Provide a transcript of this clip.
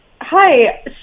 Hi